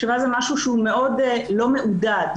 שזה משהו שלא מעודד,